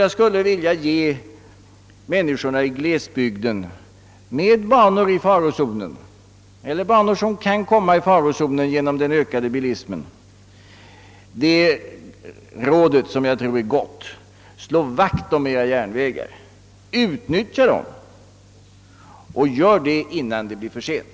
Jag skulle vilja ge människorna i glesbygder med banor som är eller kan råka i farozonen genom den ökade bilismen ett råd, som jag tror är gott: Slå vakt om era järnvägar, utnyttja dem och gör det innan det blir för sent!